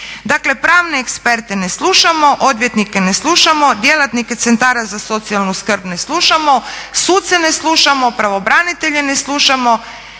Dakle, pravne eksperte ne slušamo, odvjetnike ne slušamo, djelatnike centara za socijalnu skrb ne slušamo, suce ne slušamo, pravobranitelje ne slušamo.